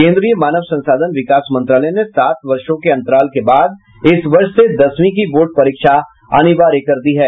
केन्द्रीय मानव संसाधन विकास मंत्रालय ने सात वर्षों के अंतराल के बाद इस वर्ष से दसवीं की बोर्ड परीक्षा अनिवार्य कर दी है